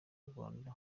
rwanda